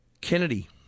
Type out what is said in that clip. Kennedy